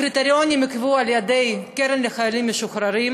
הקריטריונים ייקבעו על-ידי הקרן לחיילים משוחררים,